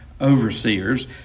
overseers